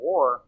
War